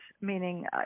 meaning